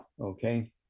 Okay